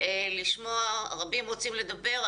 רבים רוצים לדבר,